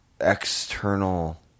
external